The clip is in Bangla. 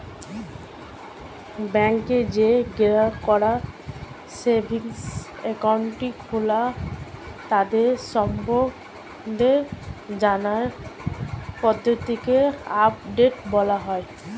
ব্যাংকে যেই গ্রাহকরা সেভিংস একাউন্ট খোলে তাদের সম্বন্ধে জানার পদ্ধতিকে আপডেট বলা হয়